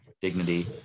dignity